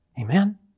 Amen